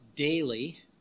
Daily